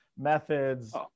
methods